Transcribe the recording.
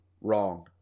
wrong